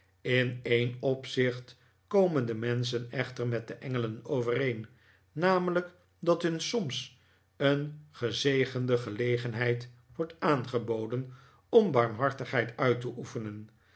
in een opzicht komen de menschen echter met de engelen overeen namelijk dat hun soms een gezegende gelegenheid wordt aangeboden om barmhartigheid uit te oefenen